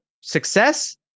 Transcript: success